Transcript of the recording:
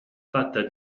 fatta